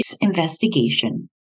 investigation